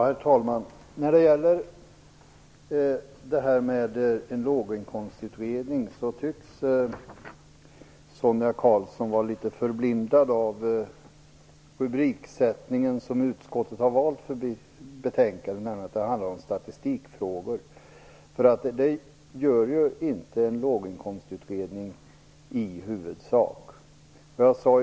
Herr talman! När det gäller låginkomstutredningen tycks Sonia Karlsson vara litet förblindad av den rubrik som utskottet har valt för detta betänkande: Statistikfrågor. En låginkomstutredning handlar ju inte i huvudsak om statistikfrågor.